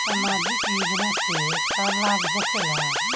समाजिक योजना से का लाभ होखेला?